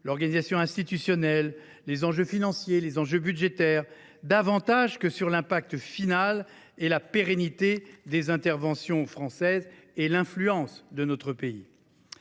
l’organisation institutionnelle et les enjeux financiers ou budgétaires, que sur l’impact final et la pérennité des interventions françaises comme de l’influence de notre pays.